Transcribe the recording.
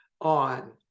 on